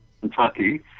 Kentucky